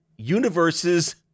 universes